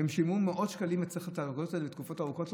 והם שילמו מאות שקלים וצריך את הבדיקות האלה לתקופות ארוכות.